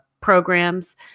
programs